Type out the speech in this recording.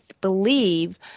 believe